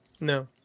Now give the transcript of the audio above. No